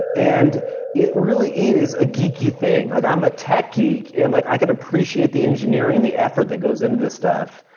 and it really is a geeky thing. like i'm a tech geek, and like i can appreciate the engineering and the effort that goes into this stuff,